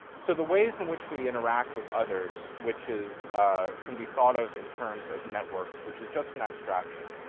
so the ways in which we interact with others which is ah can be thought of in terms of networks, which is just an abstraction,